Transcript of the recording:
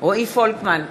רועי פולקמן,